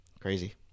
Crazy